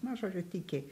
na žodžiu tiki